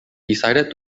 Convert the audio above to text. decided